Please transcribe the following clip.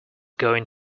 going